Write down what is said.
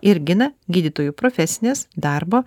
ir gina gydytojų profesines darbo